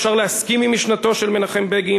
אפשר להסכים עם משנתו של מנחם בגין,